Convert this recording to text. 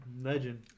Legend